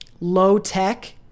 low-tech